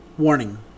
Warning